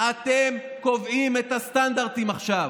אתם קובעים את הסטנדרטים עכשיו,